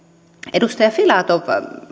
edustaja filatov